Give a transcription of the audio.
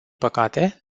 păcate